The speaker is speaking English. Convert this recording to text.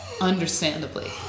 understandably